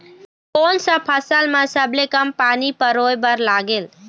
कोन सा फसल मा सबले कम पानी परोए बर लगेल?